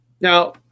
Now